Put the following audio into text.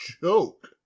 joke